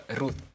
Ruth